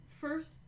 First